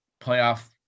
playoff